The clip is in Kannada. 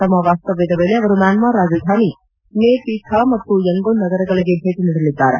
ತಮ್ನ ವಾಸ್ತವ್ನದ ವೇಳೆ ಅವರು ಮ್ಲಾನ್ಸಾರ್ ರಾಜಧಾನಿ ನೇ ಪಿ ಥಾ ಮತ್ತು ಯಂಗೊನ್ ನಗರಗಳಿಗೆ ಭೇಟಿ ನೀಡಲಿದ್ದಾರೆ